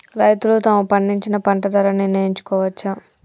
రైతులు తాము పండించిన పంట ధర నిర్ణయించుకోవచ్చా?